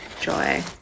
joy